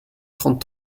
trente